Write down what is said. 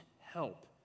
help